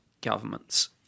governments